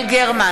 גרמן,